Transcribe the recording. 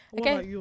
okay